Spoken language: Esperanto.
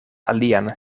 alian